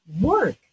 work